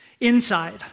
inside